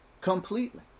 Completely